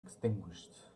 extinguished